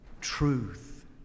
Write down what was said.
Truth